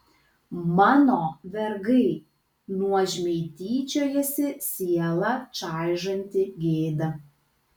mano vergai nuožmiai tyčiojasi sielą čaižanti gėda